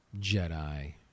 Jedi